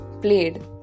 played